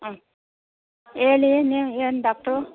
ಹ್ಞೂ ಹೇಳಿ ನೀವು ಏನು ಡಾಕ್ಟ್ರು